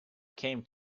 came